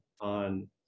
on